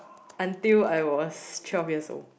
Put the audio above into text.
until I was twelve years old